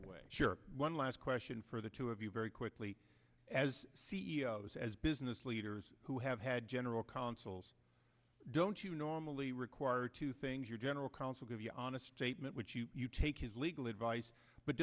away sure one last question for the two of you very quickly as c e o s as business leaders who have had general counsels don't you normally require two things your general counsel give you an honest statement would you take his legal advice but